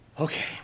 Okay